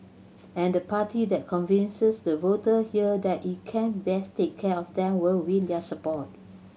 and the party that convinces the voter here that it can best take care of them will win their support